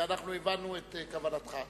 והבנו את כוונתך.